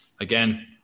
Again